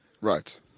Right